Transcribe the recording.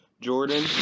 Jordan